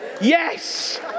Yes